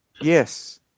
Yes